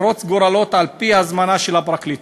הבלעדית לחרוץ גורלות על-פי הזמנה של הפרקליטות.